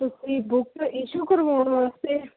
ਤੁਸੀਂ book issue ਕਰਵਾਉਣ ਵਾਸਤੇ